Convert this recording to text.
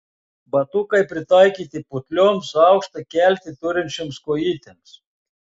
batukai pritaikyti putlioms aukštą keltį turinčioms kojytėms